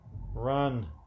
run